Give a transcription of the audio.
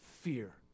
fear